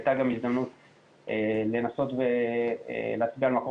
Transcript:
הייתה גם הזדמנות לנסות ולהצביע על מקור